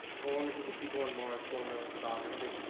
people on mars form their own sovereignty?